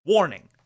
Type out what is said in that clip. Warning